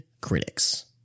critics